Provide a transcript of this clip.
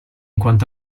quanto